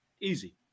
Easy